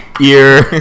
ear